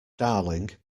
darling